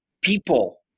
people